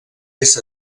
est